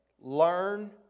Learn